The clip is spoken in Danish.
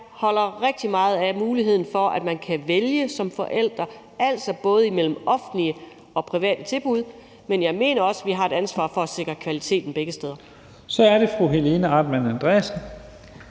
holder rigtig meget af muligheden for, at man som forældre kan vælge, altså både mellem offentlige og private tilbud, men jeg mener også, at vi har et ansvar for at sikre kvaliteten begge steder. Kl. 14:47 Første næstformand